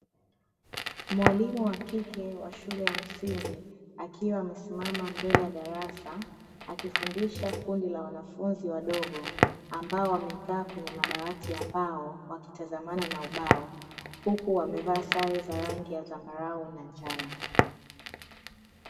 Mwalimu wa kike wa shule ya msingi akiwa amesimama mbele ya darasa, akifundisha kundi la wanafunzi wadogo, ambao wamekaa kwenye madawati ya mbao, wakitazamana na ubao huku wamevaa sare za rangi ya zambarau na njano.